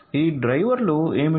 ఈ డ్రైవర్లు ఏమిటి